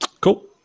Cool